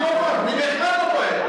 אני לא טועה, אני בהחלט לא טועה.